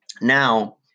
now